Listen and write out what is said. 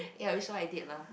ya which is what I did lah